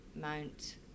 Mount